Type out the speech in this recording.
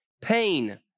pain